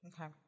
Okay